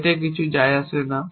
এতে কিছু যায় আসে না